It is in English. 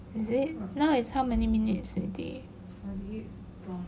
is it now is how many minutes already